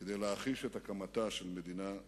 כדי להחיש את הקמתה של מדינה יהודית.